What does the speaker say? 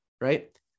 Right